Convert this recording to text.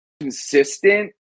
consistent